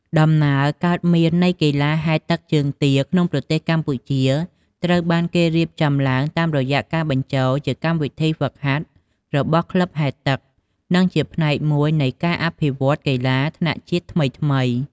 ដំណើរកើតមាននៃកីឡាហែលទឹកជើងទា ក្នុងប្រទេសកម្ពុជាត្រូវបានគេរៀបចំឡើងតាមរយៈការបញ្ចូលជាកម្មវិធីហ្វឹកហាត់របស់ក្លឹបហែលទឹក និងជាផ្នែកមួយនៃការអភិវឌ្ឍកីឡាថ្នាក់ជាតិថ្មីៗ។